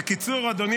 בקיצור, אדוני